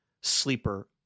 sleeper